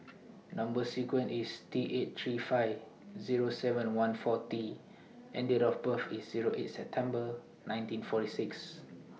Number sequence IS T eight three five Zero seven one four T and Date of birth IS Zero eight September nineteen forty six